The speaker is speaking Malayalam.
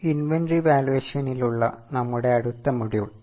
ഇൻവെന്ററി വാലുവേഷനിൽ ഉള്ള നമ്മുടെ അടുത്ത മൊഡ്യൂൾ 3